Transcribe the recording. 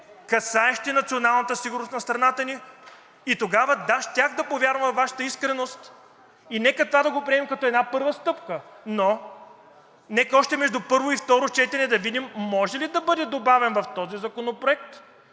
касаещи националната сигурност на страната ни, и тогава, да, щях да повярвам във Вашата искреност. И нека това да го приемем като една първа стъпка, но нека още между първо и второ четене да видим може ли да бъде добавен в този законопроект,